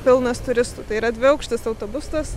pilnas turistų tai yra dviaukštis autobusas